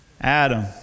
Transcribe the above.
Adam